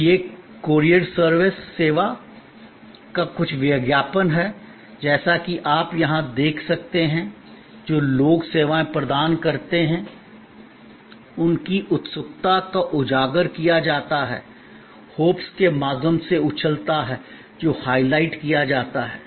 तो यह कूरियर सेवा का कुछ विज्ञापन है और जैसा कि आप यहां देख सकते हैं जो लोग सेवाएं प्रदान करते हैं उनकी उत्सुकता को उजागर किया जाता है हूप्स के माध्यम से उछलता है जो हाइलाइट किया जाता है